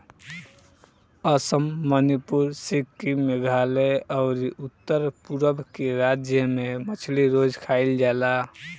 असम, मणिपुर, सिक्किम, मेघालय अउरी उत्तर पूरब के राज्य में मछली रोज खाईल जाला